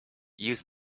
use